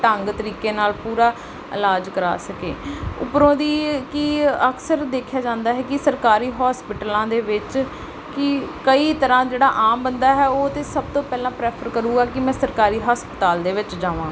ਢੰਗ ਤਰੀਕੇ ਨਾਲ ਪੂਰਾ ਇਲਾਜ ਕਰਾ ਸਕੇ ਉੱਪਰੋਂ ਦੀ ਕਿ ਅਕਸਰ ਦੇਖਿਆ ਜਾਂਦਾ ਹੈ ਕਿ ਸਰਕਾਰੀ ਹੋਸਪੀਟਲਾਂ ਦੇ ਵਿੱਚ ਕਿ ਕਈ ਤਰ੍ਹਾਂ ਜਿਹੜਾ ਆਮ ਬੰਦਾ ਹੈ ਉਹ ਤਾਂ ਸਭ ਤੋਂ ਪਹਿਲਾਂ ਪ੍ਰੈਫਰ ਕਰੂਗਾ ਕਿ ਮੈਂ ਸਰਕਾਰੀ ਹਸਪਤਾਲ ਦੇ ਵਿੱਚ ਜਾਵਾਂ